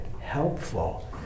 helpful